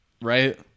right